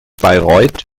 bayreuth